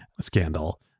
scandal